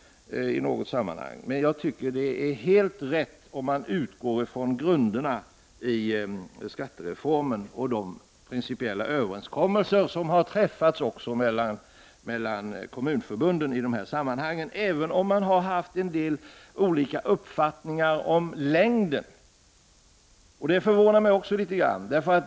Jag tycker emellertid att detta är helt riktigt om man utgår från grunderna i skattereformen och de principiella överenskommelser som har träffats mellan kommunförbunden i de här sammanhangen även om det har förekommit en del olika uppfattningar om längden. Också detta förvånar mig litet grand.